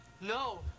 No